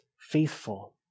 faithful